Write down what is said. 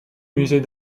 musée